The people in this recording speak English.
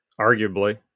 arguably